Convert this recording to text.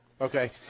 Okay